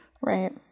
Right